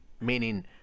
Meaning